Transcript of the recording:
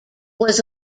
was